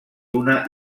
una